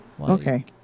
okay